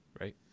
right